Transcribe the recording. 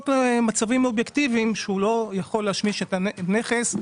להיות מצבים אובייקטיביים שבגינם הוא לא יכול להשמיש את הנכס,